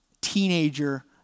teenager